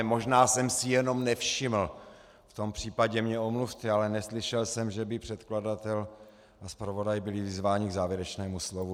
Možná jsem si jenom nevšiml, v tom případě mě omluvte, ale neslyšel jsem, že by předkladatel a zpravodaj byli vyzváni k závěrečnému slovu.